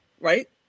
right